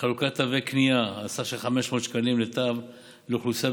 חלוקת תווי קנייה על סך 500 שקלים לתו לאוכלוסייה